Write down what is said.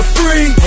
free